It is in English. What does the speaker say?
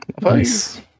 Nice